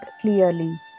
clearly